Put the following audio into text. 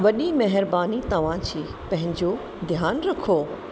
वॾी महिरबानी तव्हां जी पंहिंजो ध्यानु रखो